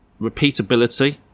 repeatability